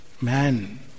man